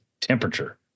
temperature